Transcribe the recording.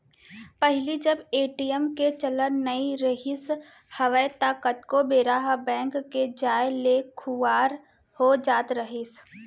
पहिली जब ए.टी.एम के चलन नइ रिहिस हवय ता कतको बेरा ह बेंक के जाय ले खुवार हो जात रहिस हे